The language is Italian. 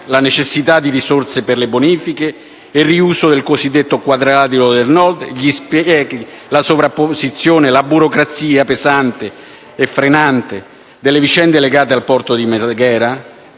la necessità di risorse per la bonifica e il riuso del cosiddetto Quadrilatero del Nord, gli sprechi, le sovrapposizione e la burocrazia pesante e frenante delle vicende legate a Porto Marghera,